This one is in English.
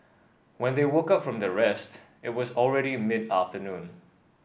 when they woke up from their rest it was already mid afternoon